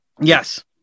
Yes